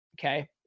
okay